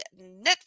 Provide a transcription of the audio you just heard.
Netflix